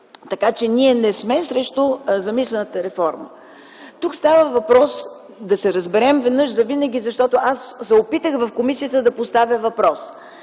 Така че, ние не сме срещу замислената реформа. Тук става въпрос да се разберем веднъж завинаги, защото аз се опитах в комисията да поставя въпроса.